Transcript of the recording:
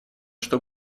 что